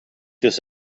this